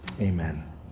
Amen